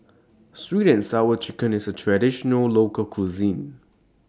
Sweet and Sour Chicken IS A Traditional Local Cuisine